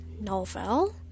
novel